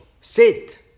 Sit